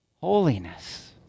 holiness